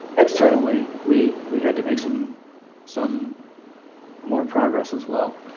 externally we we had to make some some more progress as well.